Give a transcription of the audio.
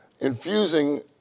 infusing